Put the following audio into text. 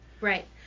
Right